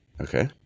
Okay